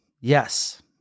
Yes